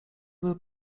były